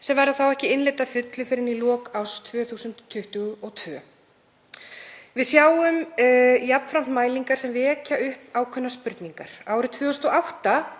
sem verður þá ekki innleidd að fullu fyrr en í lok árs 2022. Við sjáum jafnframt mælingar sem vekja upp ákveðnar spurningar. Árið 2008